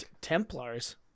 templars